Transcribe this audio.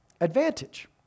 advantage